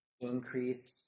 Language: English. increase